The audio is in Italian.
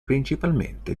principalmente